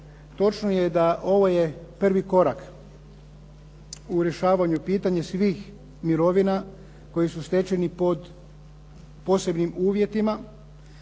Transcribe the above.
Točno je da ovo je prvi korak u rješavanju pitanja svih mirovina koji su stečeni pod posebnim uvjetima.